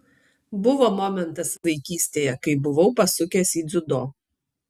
buvo momentas vaikystėje kai buvau pasukęs į dziudo